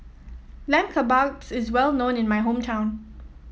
Lamb Kebabs is well known in my hometown